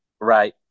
Right